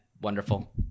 Wonderful